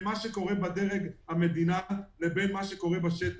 מה שקורה בדרג המדינה לבין מה שקורה בשטח.